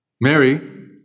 Mary